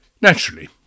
Naturally